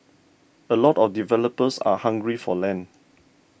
a lot of developers are hungry for land